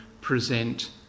present